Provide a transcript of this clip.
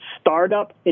startup